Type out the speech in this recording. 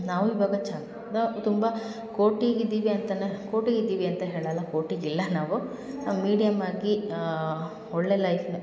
ನಾವು ಇವಾಗ ಚಂದ ತುಂಬ ಕೋಟಿಗೆ ಇದ್ದೀವಿ ಅಂತಲೂ ಕೋಟಿಗೆ ಇದ್ದೀವಿ ಅಂತ ಹೇಳಲ್ಲ ಕೋಟಿಗಿಲ್ಲ ನಾವು ಮೀಡಿಯಮ್ ಆಗಿ ಒಳ್ಳೆಯ ಲೈಫನ್ನ